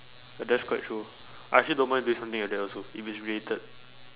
ah that's quite true I actually don't mind doing something like that also if it's related